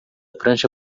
prancha